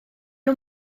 nhw